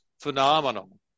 phenomenal